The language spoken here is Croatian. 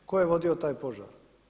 Tko je vodio taj požar?